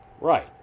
Right